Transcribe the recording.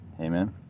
amen